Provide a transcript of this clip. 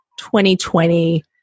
2020